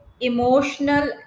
emotional